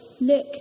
look